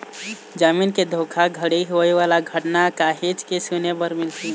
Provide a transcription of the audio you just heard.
जमीन के धोखाघड़ी होए वाला घटना काहेच के सुने बर मिलथे